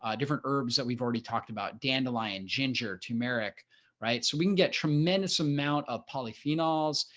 ah different herbs. that we've already talked about dandelion ginger tumeric right so we can get tremendous amount of polyphenols,